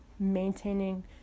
maintaining